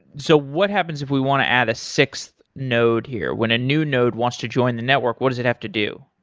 so what happens if we want to add a sixth node here? when a new node wants to join the network, what does it have to do?